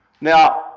Now